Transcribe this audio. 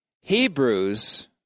Hebrews